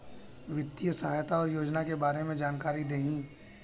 वित्तीय सहायता और योजना के बारे में जानकारी देही?